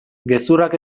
gezurrak